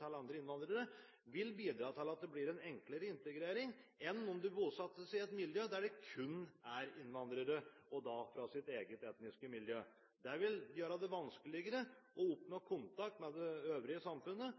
til andre innvandrere – vil bidra til at det blir en enklere integrering enn om du bosetter deg i et miljø der det kun er innvandrere fra eget etnisk miljø. Det vil gjøre det vanskeligere å oppnå kontakt med det øvrige samfunnet.